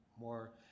more